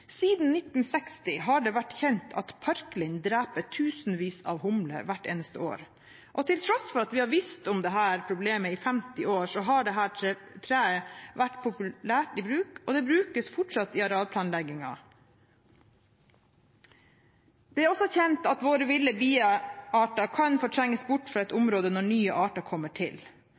Siden 1960 har det vært kjent at parklind dreper tusenvis av humler hvert eneste år. Til tross for at vi har visst om dette problemet i mer enn 50 år, har dette treet vært populært i bruk, og det brukes fortsatt i arealplanleggingen. Det er også kjent at våre ville biearter kan fortrenges fra et område når nye arter kommer til.